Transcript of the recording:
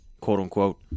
quote-unquote